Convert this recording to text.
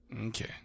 Okay